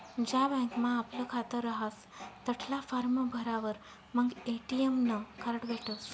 ज्या बँकमा आपलं खातं रहास तठला फार्म भरावर मंग ए.टी.एम नं कार्ड भेटसं